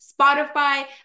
Spotify